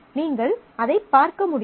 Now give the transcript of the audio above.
நீங்கள் அதைப் பார்க்க முடியும்